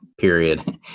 period